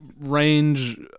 range